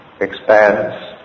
expands